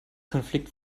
konflikt